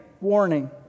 warning